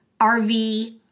RV